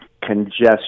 congestion